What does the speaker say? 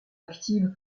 active